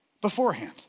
beforehand